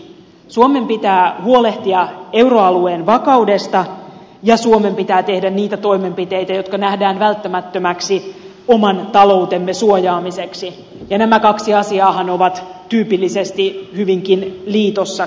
suomen pitää huolehtia euroalueen vakaudesta ja suomen pitää tehdä niitä toimenpiteitä jotka nähdään välttämättömäksi oman taloutemme suojaamiseksi ja nämä kaksi asiaahan ovat tyypillisesti hyvinkin liitossa keskenään